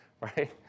right